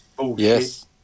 Yes